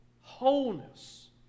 wholeness